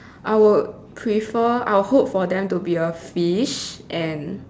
I would prefer I would hope for them to be a fish and